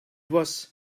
was